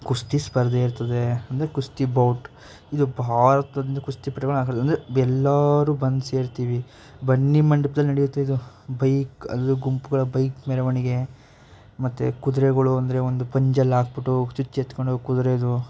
ಕುಸ್ತಿ ಸ್ವರ್ಧೆ ಇರ್ತದೆ ಅಂದರೆ ಕುಸ್ತಿ ಬೌಟ್ ಇದು ಭಾರತದಾದ್ಯಂತ ಕುಸ್ತಿಪಟುಗಳು ಅಂದರೆ ಎಲ್ಲರೂ ಬಂದು ಸೇರ್ತೀವಿ ಬನ್ನಿಮಂಟಪದಲ್ಲಿ ನಡೆಯುತ್ತೆ ಇದು ಬೈಕ್ ಅದು ಗುಂಪುಗಳ ಬೈಕ್ ಮೆರವಣಿಗೆ ಮತ್ತು ಕುದುರೆಗಳು ಅಂದರೆ ಒಂದು ಪಂಜಲ್ಲಾಕಿಬಿಟ್ಟು ಚುಚ್ ಎತ್ಕೊಂಡೋಗಿ ಕುದುರೆಯದು